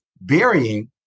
burying